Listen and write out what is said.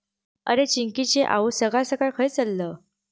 अरे, चिंकिची आऊस सकाळ सकाळ खंय चल्लं?